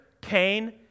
Cain